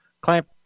clamp